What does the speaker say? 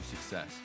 success